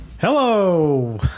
Hello